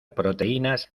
proteínas